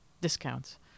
discounts